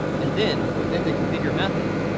and then within the configure method.